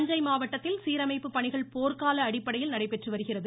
தஞ்சை மாவட்டத்தில் சீரமைப்பு பணிகள் போர்கால அடிப்படையில் நடைபெற்று வருகிறது